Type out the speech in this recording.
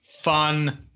fun